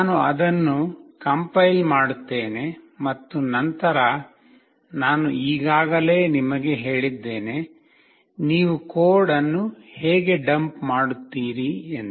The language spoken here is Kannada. ನಾನು ಅದನ್ನು ಕಂಪೈಲ್ ಮಾಡುತ್ತೇನೆ ಮತ್ತು ನಂತರ ನಾನು ಈಗಾಗಲೇ ನಿಮಗೆ ಹೇಳಿದ್ದೇನೆ ನೀವು ಕೋಡ್ ಅನ್ನು ಹೇಗೆ ಡಂಪ್ ಮಾಡುತ್ತೀರಿ ಎಂದು